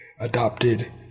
adopted